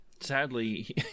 Sadly